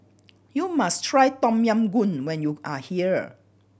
you must try Tom Yam Goong when you are here